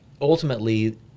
ultimately